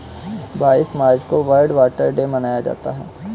बाईस मार्च को world water day मनाया जाता है